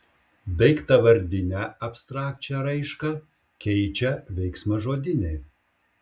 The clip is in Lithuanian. daiktavardinę abstrakčią raišką keičia veiksmažodinė